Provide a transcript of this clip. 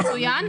מצוין,